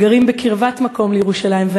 וגרים בקרבת מקום לירושלים,